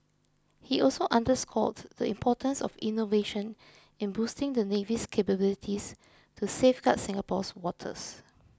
he also underscored the importance of innovation in boosting the navy's capabilities to safeguard Singapore's waters